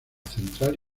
central